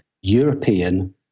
European